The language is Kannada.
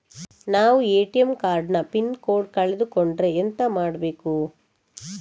ನಾವು ಎ.ಟಿ.ಎಂ ಕಾರ್ಡ್ ನ ಪಿನ್ ಕೋಡ್ ಕಳೆದು ಕೊಂಡ್ರೆ ಎಂತ ಮಾಡ್ಬೇಕು?